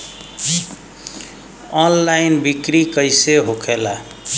Online बिक्री कैसे होखेला?